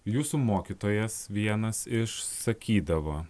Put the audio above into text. jūsų mokytojas vienas iš sakydavo